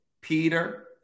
Peter